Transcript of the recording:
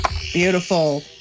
Beautiful